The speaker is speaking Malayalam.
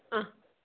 അ